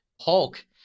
Hulk